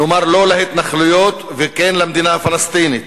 נאמר לא להתנחלויות וכן למדינה הפלסטינית.